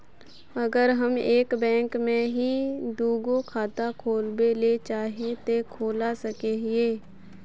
अगर हम एक बैंक में ही दुगो खाता खोलबे ले चाहे है ते खोला सके हिये?